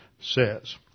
says